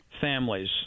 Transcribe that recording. families